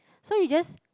so you just